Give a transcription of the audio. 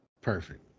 Perfect